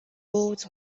boards